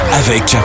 avec